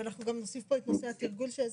ואנחנו גם נוסיף פה את נושא התרגול שהזכרת.